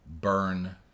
burn